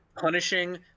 punishing